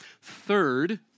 Third